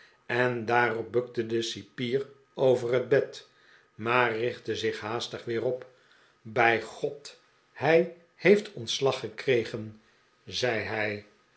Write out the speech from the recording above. en daarop bukte de cipier over het bed maar richtte zich haastig weer op bij god hij heeft zijn ontslag gekregen zei hij